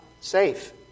safe